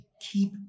keep